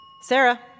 Sarah